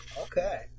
Okay